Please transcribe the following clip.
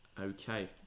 Okay